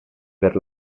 per